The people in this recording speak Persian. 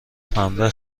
پنبه